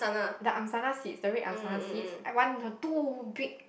the Angsana seed the red Angsana seed I want too big